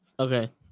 Okay